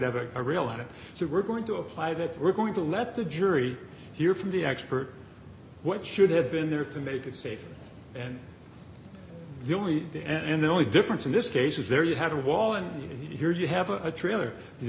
hit so we're going to apply that we're going to let the jury hear from the expert what should have been there to make it safer and the only the end the only difference in this case is there you have a wall and here you have a trailer the